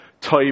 type